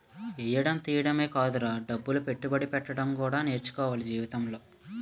ఎయ్యడం తియ్యడమే కాదురా డబ్బులు పెట్టుబడి పెట్టడం కూడా నేర్చుకోవాల జీవితంలో